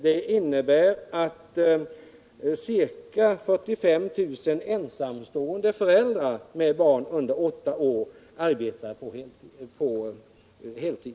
Det innebär att 45 000 ensamstående föräldrar med barn under åtta år arbetar på heltid.